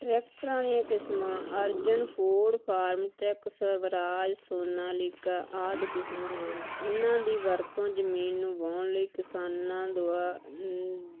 ਟਰੈਕਟਰਾਂ ਦੀਆਂ ਕਿਸਮਾਂ Arjun Ford Farmtrac Swaraj Sonalika ਆਦਿ ਕਿਸਮਾਂ ਹਨ ਇਹਨਾਂ ਦੀ ਵਰਤੋਂ ਜ਼ਮੀਨ ਨੂੰ ਵਾਹੁਣ ਲਈ ਕਿਸਾਨਾਂ ਦੁਆ